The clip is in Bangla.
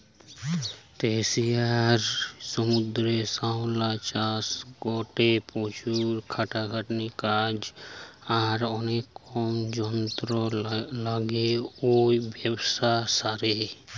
এশিয়ার সমুদ্রের শ্যাওলা চাষ গটে প্রচুর খাটাখাটনির কাজ আর অনেক কম যন্ত্র লাগে ঔ ব্যাবসারে